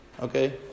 okay